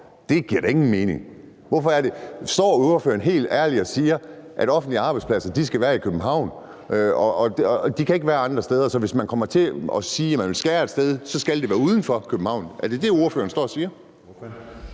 Det giver da ingen mening. Står ordføreren helt ærligt og siger, at offentlige arbejdspladser skal være i København, og at de ikke kan være andre steder, så hvis man kommer til at sige, at man vil skære et sted, skal det være uden for København? Er det det, ordføreren står og siger?